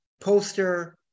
poster